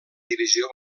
divisió